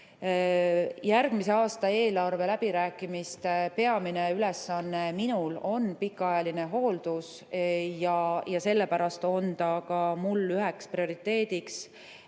Järgmise aasta eelarve läbirääkimiste peamine ülesanne on minul pikaajaline hooldus ja sellepärast on see ka mul üheks prioriteediks